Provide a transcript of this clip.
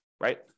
right